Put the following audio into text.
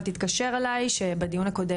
'אל תתקשר אליי' שבדיון הקודם,